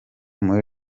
muri